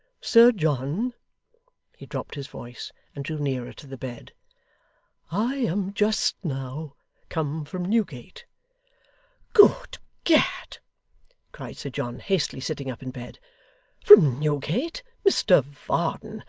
sir john' he dropped his voice and drew nearer to the bed i am just now come from newgate good gad cried sir john, hastily sitting up in bed from newgate, mr varden!